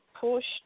pushed